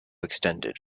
extended